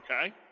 okay